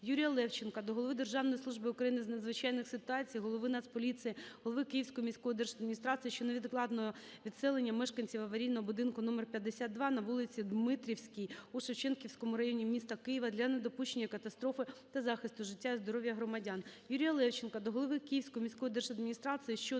Юрія Левченка до Голови Державної служби України з надзвичайних ситуацій, Голови Нацполіції, голови Київської міської держадміністрації щодо невідкладного відселення мешканців аварійного будинку №52 на вулиці Дмитрівській у Шевченківському районі міста Києва для недопущення катастрофи та захисту життя і здоров'я громадян.